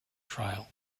trial